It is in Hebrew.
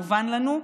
מובן לנו.